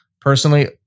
personally